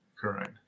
Correct